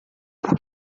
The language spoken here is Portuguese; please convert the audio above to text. por